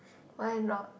why not